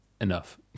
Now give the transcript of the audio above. enough